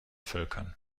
völkern